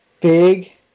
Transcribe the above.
Big